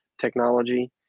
technology